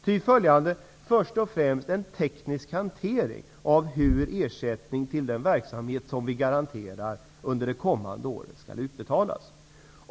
Ty följande är det en teknisk hantering av hur ersättning till den verksamhet som vi garanterar under det kommande året skall utbetalas.